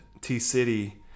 T-City